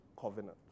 covenant